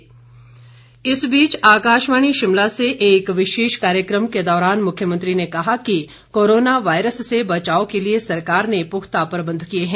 मुख्यमंत्री इस बीच आकाशवाणी शिमला से एक विशेष कार्यक्रम के दौरान मुख्यमंत्री ने कहा कि कोरोना वायरस से बचाव के लिए सरकार ने पुख्ता प्रबंध किए हैं